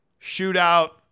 Shootout